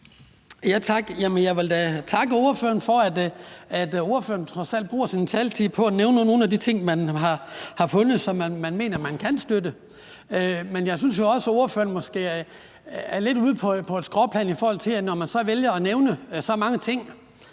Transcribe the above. Jeg vil da takke ordføreren for, at ordføreren trods alt bruger sin taletid på at nævne nogle af de ting, man har fundet, som man mener man kan støtte. Men jeg synes jo også, at ordføreren måske er lidt ude på et skråplan, i forhold til at man vælger at nævne så mange ting